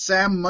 Sam